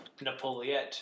Napoleon